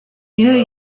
new